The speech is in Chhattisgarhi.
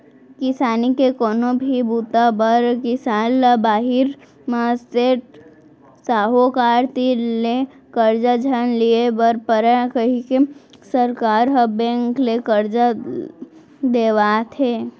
किसानी के कोनो भी बूता बर किसान ल बाहिर म सेठ, साहूकार तीर ले करजा झन लिये बर परय कइके सरकार ह बेंक ले करजा देवात हे